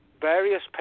various